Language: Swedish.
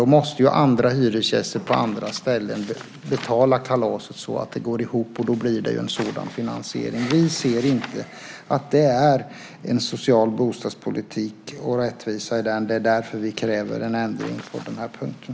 Då måste andra hyresgäster på andra ställen betala kalaset så att det går ihop. Då blir det en sådan finansiering. Vi ser inte att det är en social bostadspolitik och rättvisa i den. Det är därför vi kräver en ändring på den punkten.